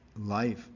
life